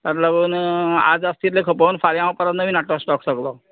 ताका लागून आज आसा तितलें खोपोवन फाल्यां हांव परत नवीन हाडटलो स्टॉक सगलो